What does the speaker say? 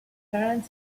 current